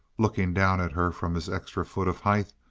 looking down at her from his extra foot of height,